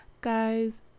Guys